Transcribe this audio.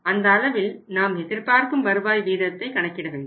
அந்த அளவில் நாம் எதிர்பார்க்கும் வருவாய் வீதத்தை கணக்கிட வேண்டும்